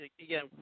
again